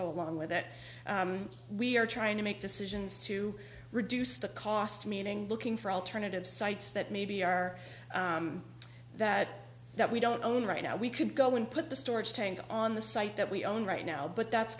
go along with that we are trying to make decisions to reduce the cost meaning looking for alternative sites that maybe are that that we don't own right now we could go and put the storage tank on the site that we own right now but that's